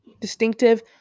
distinctive